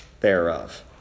thereof